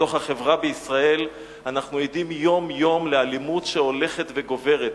בתוך החברה בישראל אנחנו עדים יום-יום לאלימות הולכת וגוברת.